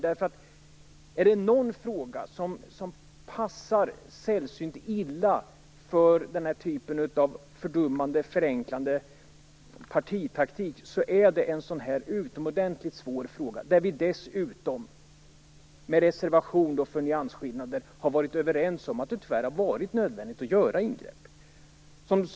Är det någon fråga som passar sällsynt illa för fördummande, förenklande partitaktik så är det en sådan utomordentligt svår fråga, där vi dessutom - med reservation för nyansskillnader - har varit överens om att det tyvärr varit nödvändigt att göra ingrepp.